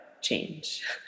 change